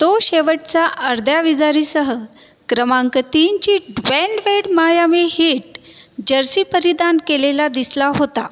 तो शेवटचा अर्ध्या विजारीसह क्रमांक तीनची Dwyane Wade Miami Heat jersey परिधान केलेला दिसला होता